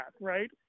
right